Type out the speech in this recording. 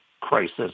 crisis